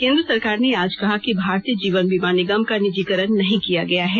केन्द्र सरकार ने आज कहा कि भारतीय जीवन बीमा निगम का निजीकरण नहीं किया गया है